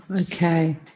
okay